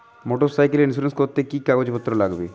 Motorcycle insurance করতে কি কি কাগজ লাগবে?